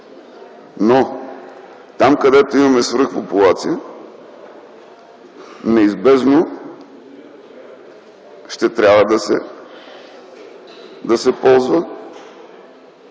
Но там, където имаме свръхпопулация, неизбежно ще трябва да се ползва.